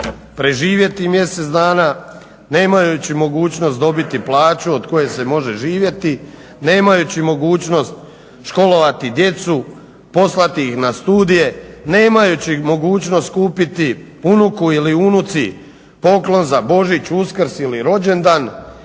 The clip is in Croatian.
preživjeti mjesec dana, nemajući mogućnost dobiti plaću od koje se može živjeti, nemajući mogućnost školovati djecu, poslati ih na studije, nemajući mogućnost kupiti unuku ili unuci poklon za Božić, Uskrs ili rođendan